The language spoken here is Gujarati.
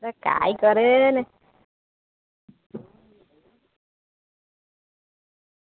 અ કંઈ કરે ને